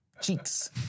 cheeks